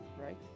right